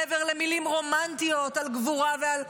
מעבר למילים רומנטיות על גבורה ועל ניצחון,